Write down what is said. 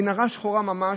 מנהרה שחורה ממש,